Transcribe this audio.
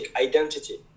identity